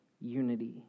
unity